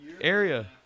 area